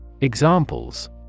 Examples